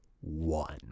one